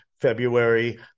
February